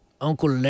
Uncle